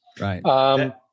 Right